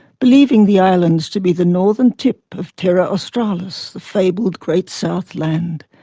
believing the islands to be the northern tip of terra australis, the fabled great south land.